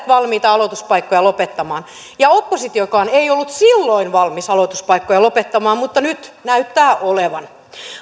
valmiita aloituspaikkoja lopettamaan ja oppositiokaan ei ollut silloin valmis aloituspaikkoja lopettamaan mutta nyt näyttää olevan